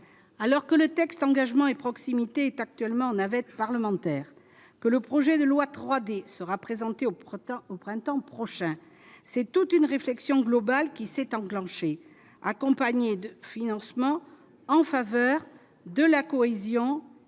alors que le texte, engagement et proximité est actuellement en navette parlementaire que le projet de loi 3D sera présenté au printemps au printemps prochain, c'est toute une réflexion globale qui s'est enclenché de financement en faveur de la cohésion